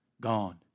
Gone